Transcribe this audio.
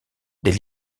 des